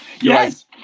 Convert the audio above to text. Yes